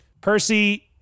Percy